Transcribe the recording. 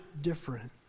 different